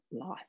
life